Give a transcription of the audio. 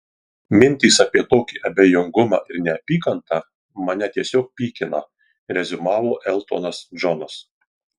mintys apie tokį abejingumą ir neapykantą mane tiesiog pykina reziumavo eltonas džonas